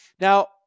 Now